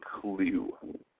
clue